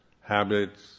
habits